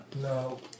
No